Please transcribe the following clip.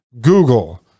Google